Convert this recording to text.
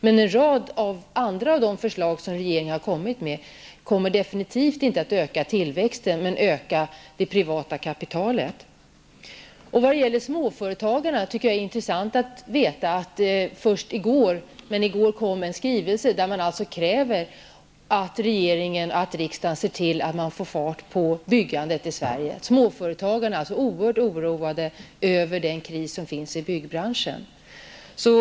Men en rad andra förslag som regeringen har lagt fram kommer definitivt inte att öka tillväxten utan leder i stället till att det privata kapitalet ökar. Vad gäller småföretagarna är det intressant att veta att de i går kom in med en skrivelse, där de kräver att regeringen och riksdagen skall se till att få fart på byggandet i Sverige. Småföretagarna är alltså oerhört oroade över den kris som finns inom byggbranschen.